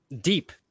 Deep